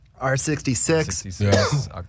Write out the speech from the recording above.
R66